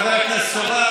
חבר הכנסת סובה,